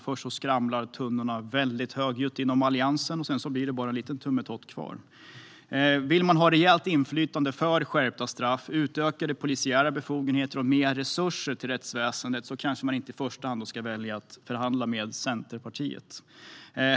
Först skramlar tunnorna högljutt inom Alliansen, och sedan blir det bara en liten tummetott kvar. Om man vill ha rejält inflytande för skärpta straff, utökade polisiära befogenheter och mer resurser till rättsväsendet kanske man inte i första hand ska välja att förhandla med Centerpartiet.